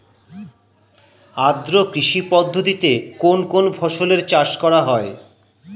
আদ্র কৃষি পদ্ধতিতে কোন কোন ফসলের চাষ করা হয়?